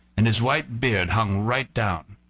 and his white beard hung right down.